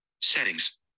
Settings